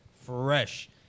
fresh